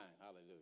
Hallelujah